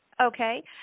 Okay